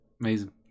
amazing